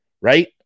right